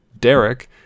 Derek